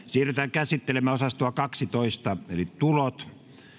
siirrytään käsittelemään osastoa kaksitoista eli tulot